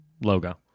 logo